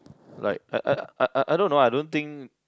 like I I I I don't know I don't think